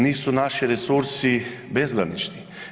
Nisu naši resursi bezgranični.